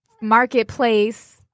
marketplace